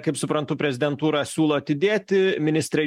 kaip suprantu prezidentūra siūlo atidėti ministre